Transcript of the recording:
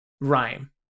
Rhyme